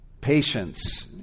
patience